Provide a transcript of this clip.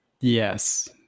Yes